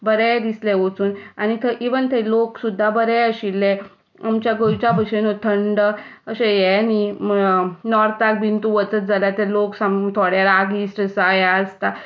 बरें दिसलें वचून आनी थंय इवन थंय लोक सुद्दां बरे आशिल्ले आमच्या गोंयच्या भशेनूच थंड अशें हें न्हय नॉर्ताक बी तूं वचत जाल्यार ते लोक सामके थोडे रागिश्ट आसा हें आसता